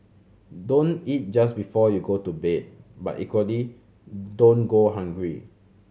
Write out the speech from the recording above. don't eat just before you go to bed but equally don't go hungry